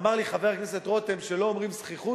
אמר לי חבר הכנסת רותם שלא אומרים זחיחות,